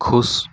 खुश